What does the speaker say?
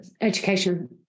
education